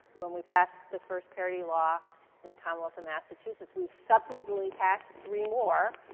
when we passed the first parity law in the commonwealth of massachusetts. we've subsequently passed three more